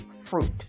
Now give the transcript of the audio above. fruit